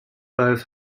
both